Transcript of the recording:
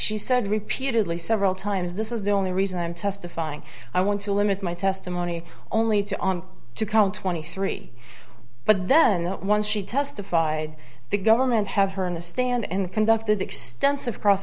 she said repeatedly several times this is the only reason i'm testifying i want to limit my testimony only to on to count twenty three but then once she testified the government have her in the stand and conducted extensive cross